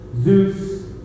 Zeus